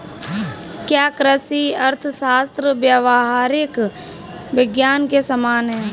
क्या कृषि अर्थशास्त्र व्यावहारिक विज्ञान के समान है?